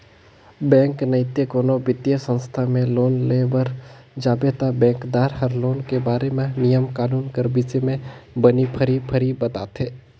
bank नइते कोनो बित्तीय संस्था में लोन लेय बर जाबे ता बेंकदार हर लोन के बारे म नियम कानून कर बिसे में बने फरी फरी बताथे